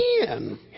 again